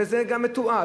וזה גם מתועד,